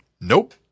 nope